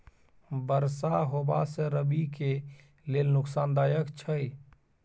बरसा होबा से रबी के लेल नुकसानदायक छैय?